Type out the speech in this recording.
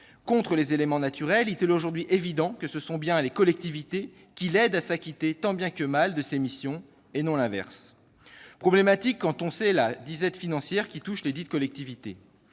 contre les éléments naturels, il est aujourd'hui évident que ce sont les collectivités qui l'aident à s'acquitter tant bien que mal de ses missions, et non l'inverse. C'est problématique quand on sait la disette financière touchant lesdites collectivités